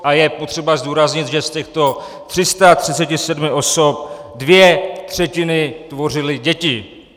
A je potřeba zdůraznit, že z těchto 337 osob dvě třetiny tvořily děti.